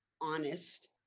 honest